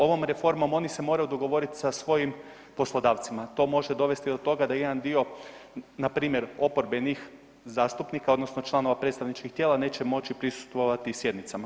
Ovom reformom oni se moraju dogovoriti sa svojim poslodavcima, to može dovesti do toga da jedan dio npr. oporbenih zastupnika odnosno članova predstavničkih tijela neće moći prisustvovati sjednicama.